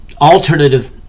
alternative